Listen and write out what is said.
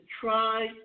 try